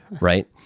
Right